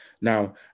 Now